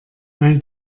weil